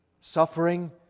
Suffering